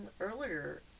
earlier